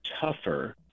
tougher